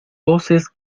voces